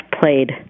played